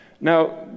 Now